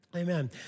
Amen